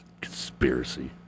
Conspiracy